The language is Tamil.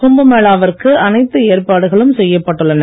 கும்பமேளா விற்கு அனைத்து ஏற்பாடுகளும் செய்யப்பட்டுள்ளன